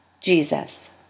Jesus